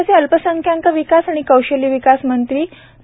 राज्याचे अल्पसंख्याक विकास आणि कौशल्य विकास मंत्री श्री